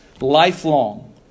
lifelong